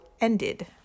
ended